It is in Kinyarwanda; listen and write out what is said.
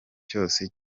cyose